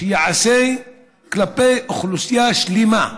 שייעשה כלפי אוכלוסייה שלמה.